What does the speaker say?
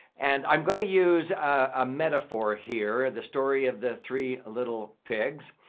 and i'm going to use a metaphor here, the story of the three little pigs.